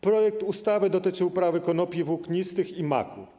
Projekt ustawy dotyczy uprawy konopi włóknistych i maku.